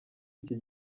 iki